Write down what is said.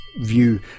view